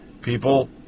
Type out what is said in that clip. People